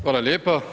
Hvala lijepa.